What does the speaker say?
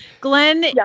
Glenn